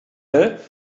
will